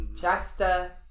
Chester